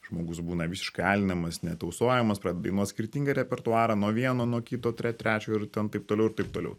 žmogus būna visiškai alinamas netausojamas pradeda dainuot skirtingą repertuarą nuo vieno nuo kito trečio ir ten taip toliau ir taip toliau